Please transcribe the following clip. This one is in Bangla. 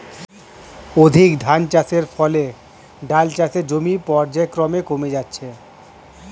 অধিক ধানচাষের ফলে ডাল চাষের জমি পর্যায়ক্রমে কমে যাচ্ছে